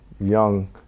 young